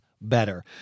better